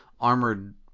armored